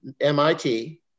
MIT